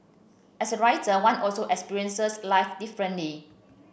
as a writer one also experiences life differently